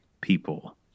people